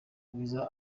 bwiza